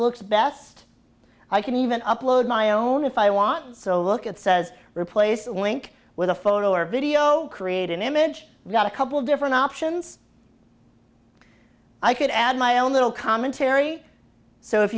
looks best i can even upload my own if i want so look at says replace a link with a photo or video create an image got a couple of different options i could add my own little commentary so if